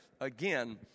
again